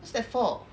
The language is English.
what's that for